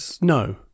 No